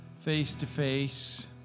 face-to-face